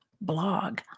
blog